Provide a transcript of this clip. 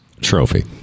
trophy